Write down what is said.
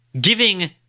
giving